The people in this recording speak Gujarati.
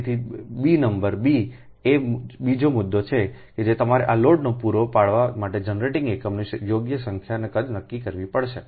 તેથી બી નંબર બી એ બીજો મુદ્દો છે કે તમારે આ લોડને પૂરો પાડવા માટે જનરેટિંગ એકમોની યોગ્ય સંખ્યા અને કદ નક્કી કરવો પડશે